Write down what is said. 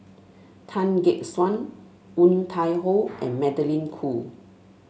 Tan Gek Suan Woon Tai Ho and Magdalene Khoo